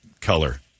color